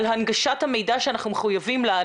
על הנגשת המידע שאנחנו מחויבים לו.